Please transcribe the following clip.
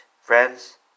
friends